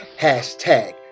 hashtag